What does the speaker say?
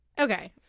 Okay